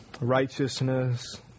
righteousness